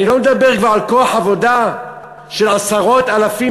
אני לא מדבר כבר על כוח עבודה של עשרות אלפים